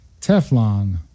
Teflon